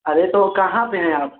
अरे तो कहाँ पर हैं आप